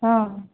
ହଁ